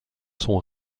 son